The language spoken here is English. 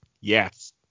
yes